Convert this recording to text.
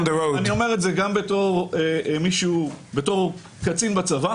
אני אומר את זה גם כקצין בצבא,